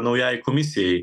naujai komisijai